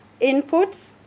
inputs